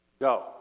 go